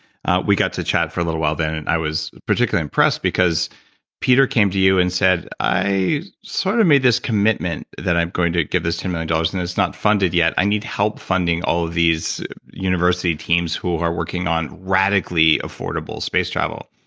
we got to chat for a little while then, and i was particularly impressed because peter came to you and said, i sort of made this commitment that i'm going to give this ten million dollars, and it's not funded yet. i need help funding all of these university teams who are working on radically affordable space travel.